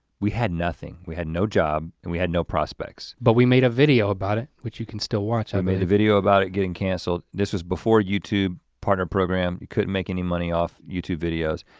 we had nothing, we had no job, and we had no prospects. but we made a video about it, which you can still watch. we made a video about it getting canceled. this was before youtube partner program, you couldn't make any money off youtube videos.